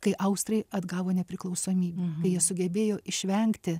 kai austrai atgavo nepriklausomybę kai jie sugebėjo išvengti